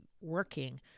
working